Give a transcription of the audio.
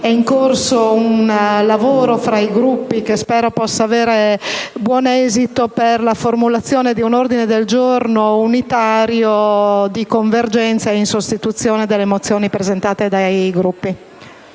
è in corso un lavoro tra i Gruppi, che spero possa avere buon esito, per la formulazione di un ordine del giorno unitario, di convergenza, in sostituzione delle singole mozioni presentate dai Gruppi.